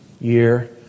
year